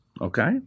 okay